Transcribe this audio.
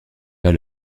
pas